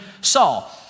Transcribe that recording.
Saul